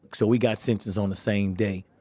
so we got sentences on the same day.